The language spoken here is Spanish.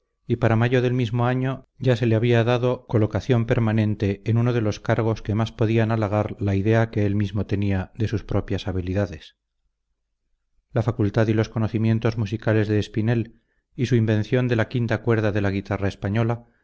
y para mayo del mismo año ya se le había dado colocación permanente en uno de los cargos que más podían halagar la idea que él mismo tenía de sus propias habilidades la facultad y los conocimientos musicales de espinel y su invención de la quinta cuerda de la guitarra española